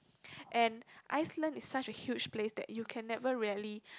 and Iceland is such a huge place that you can never really